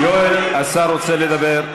יואל, השר רוצה לדבר.